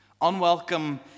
Unwelcome